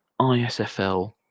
ISFL